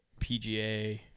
pga